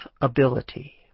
ability